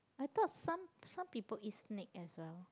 I thought some some people eat snake as well